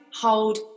hold